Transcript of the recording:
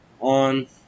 on